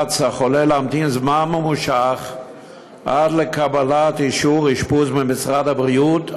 החולה נאלץ להמתין זמן ממושך עד לקבלת אישור אשפוז ממשרד הבריאות,